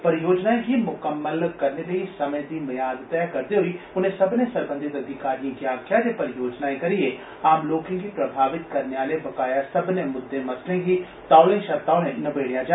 परियोजनाएं गी मुकम्मल करने लेई समें दी मयाद तैह करदे होई उनें सब्बनें सरबंधित अधिकारिएं गी आक्खेआ जे परियोजनाएं करियै आम लोकें गी प्रभावित करने आले बकाया सब्बनें मुददं मसलेंगी तौले षा तौले नवेडेआ जा